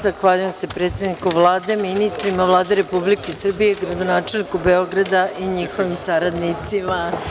Zahvaljujem se predsedniku Vlade, ministrima Vlade Republike Srbije i gradonačelniku Beograda i njihovim saradnicima.